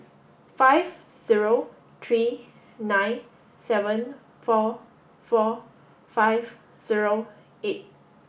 five zero three nine seven four four five zero eight